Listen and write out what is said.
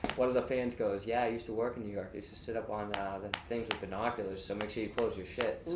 one of the fans goes, yeah i used to work in new york, i used to sit up on ah the things with binoculars so make sure you close your shit.